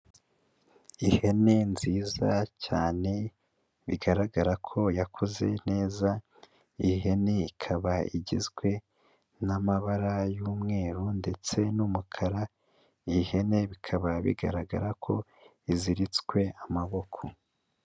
Ihene nziza cyane bigaragara ko yakuze neza, iyi hene ikaba igizwe n'amabara y'umweru ndetse n'umukara, iyi hene bikaba bigaragara ko iziritswe amaboko.